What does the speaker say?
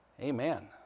Amen